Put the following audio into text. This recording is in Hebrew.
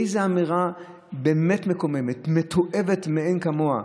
איזו אמירה, באמת מקוממת, מתועבת מאין כמוה,